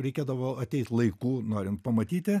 reikėdavo ateit laiku norint pamatyti